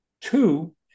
Two